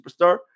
superstar